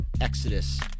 Exodus